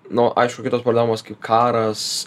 nu aišku kitos problemos kaip karas